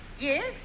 Yes